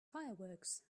fireworks